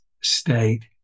state